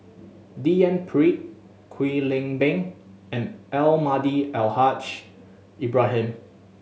D N Pritt Kwek Leng Beng and Almahdi Al Haj Ibrahim